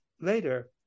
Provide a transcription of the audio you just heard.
Later